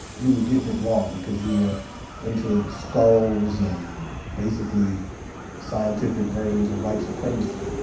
you were getting it wrong, because you were into skulls and basically scientific versions of white supremacy.